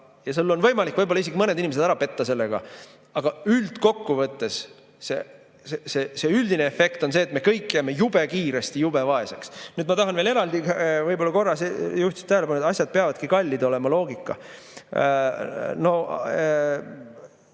ja seal on võimalik võib-olla isegi mõned inimesed ära petta sellega. Aga üldkokkuvõttes see üldine efekt on see, et me kõik jääme jube kiiresti jube vaeseks. Ma tahan veel eraldi korra juhtida tähelepanu asjad‑peavadki-kallid-olema-loogikale. Nojah,